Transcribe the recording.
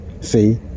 see